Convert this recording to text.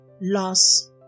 loss